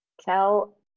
tell